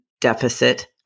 deficit